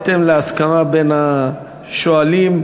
בהתאם להסכמה בין השואלים,